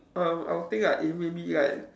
um I would think like if maybe like